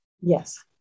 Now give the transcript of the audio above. Yes